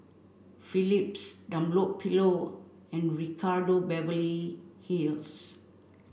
Phillips Dunlopillo and Ricardo Beverly Hills